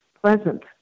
pleasant